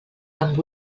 amb